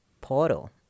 Portal